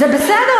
זה בסדר,